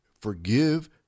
forgive